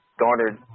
garnered